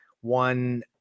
one